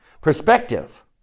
Perspective